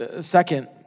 Second